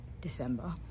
December